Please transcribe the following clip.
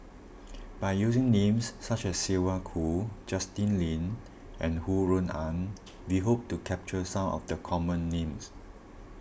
by using names such as Sylvia Kho Justin Lean and Ho Rui An we hope to capture some of the common names